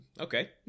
Okay